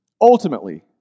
ultimately